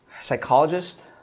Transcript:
psychologist